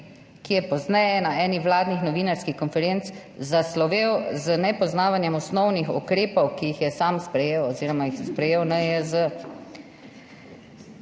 ki je pozneje na eni vladnih novinarskih konferenc zaslovel z nepoznavanjem osnovnih ukrepov, ki jih je sam sprejel oziroma jih je sprejel NIJZ.